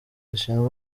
zishinzwe